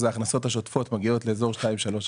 ההכנסות השוטפות מגיעות לאזור 2%-3%.